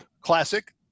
Classic